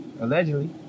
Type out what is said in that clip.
Allegedly